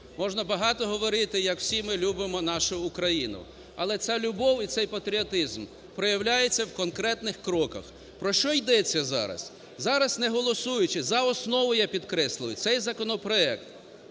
можна багато говорити, як всі ми любимо нашу Україну. Але ця любов і цей патріотизм проявляється в конкретних кроках. Про що йдеться зараз? Зараз, не голосуючи за основу, я підкреслюю, цей законопроект,